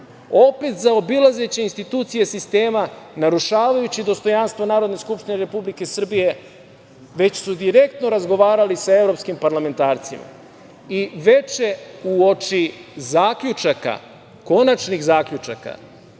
opet zaobilazeći institucije sistema, narušavajući dostojanstvo Narodne skupštine Republike Srbije, već su direktno razgovarali sa evropskim parlamentarcima i veče uoči zaključaka, konačnih zaključaka,